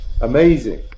amazing